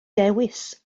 dewis